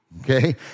Okay